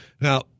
Now